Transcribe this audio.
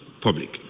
public